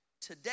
today